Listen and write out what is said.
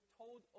told